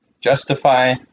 justify